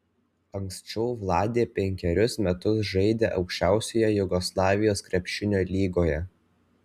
anksčiau vladė penkerius metus žaidė aukščiausioje jugoslavijos krepšinio lygoje